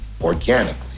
organically